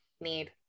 need